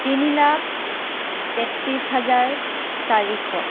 তিনি লাখ তেত্ৰিছ হাজাৰ চাৰিশ